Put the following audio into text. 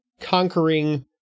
conquering